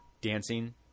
dancing